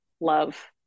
love